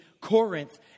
Corinth